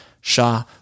Shah